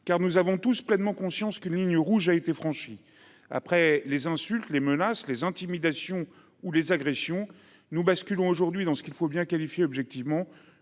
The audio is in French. Nous avons tous pleinement conscience qu’une ligne rouge a été franchie : après les insultes, les menaces, les intimidations ou les agressions, nous basculons aujourd’hui dans ce qu’objectivement,